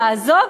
לעזוב,